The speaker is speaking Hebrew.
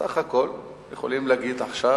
סך הכול יכולים להגיד עכשיו,